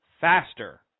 faster